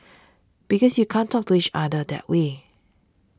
because you can't talk to each other that way